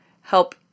help